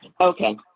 Okay